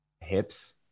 hips